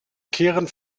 kehren